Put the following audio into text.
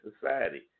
society